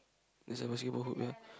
is the basketball hoop